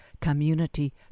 Community